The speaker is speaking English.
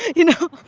you know.